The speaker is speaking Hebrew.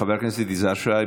חבר הכנסת יזהר שי,